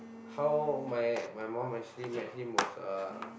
how my my mum actually met him was uh